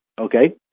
Okay